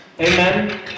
Amen